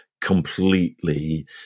completely